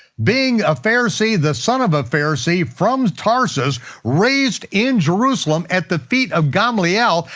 being a pharisee, the son of a pharisee from tarsus, raised in jerusalem at the feet of gamaliel,